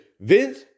Vince